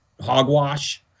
hogwash